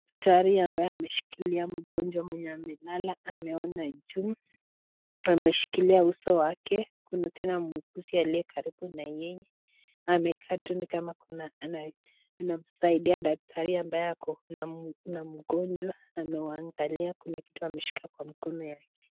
Tayari mbaye ameshilikilia mgonjwa mwenye amelala ameona juu, ameshilikia uso wake, Kuna tena muuguzi aliye karibu na yeye amekaa tu ni kama kuna anamsaidia dakitari ambaye ako na mgonjwa amewaangali kuna kitu ameshikilia kwa mkono yake.